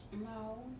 No